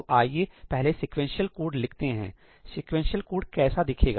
तो आइए पहले सीक्वेंशियल कोड लिखते हैं सीक्वेंशियल कोड कैसा दिखेगा